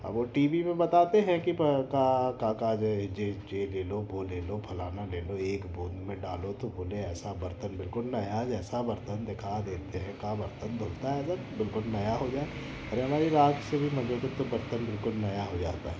अब वो TV में बताते हैं कि पै क्या क्या क्या ये ये ये ले लो वो ले लो फ़लाना ले लो एक बूँद में डालो तो बोले ऐसा बर्तन बिल्कुल नया जैसा बर्तन दिखा देते हैं क्या बर्तन धुलता है ऐसा बिल्कुल नया हो जाए अरे हमारी राख़ से भी माँजोगे तो बर्तन बिल्कुल नया हो जाता है